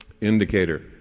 indicator